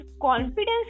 confidence